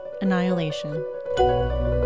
Annihilation